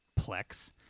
plex